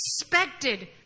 expected